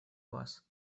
вас